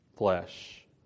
flesh